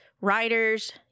writers